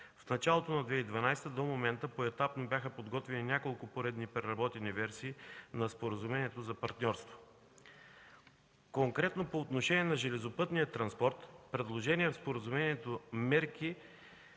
В началото на 2012 г. до момента поетапно бяха подготвени няколко поредни преработени версии на Споразумението за партньорство. Конкретно по отношение на железопътния транспорт, предложените в споразумението мерки